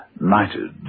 knighted